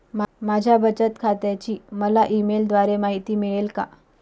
माझ्या बचत खात्याची मला ई मेलद्वारे माहिती मिळेल का?